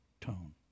tone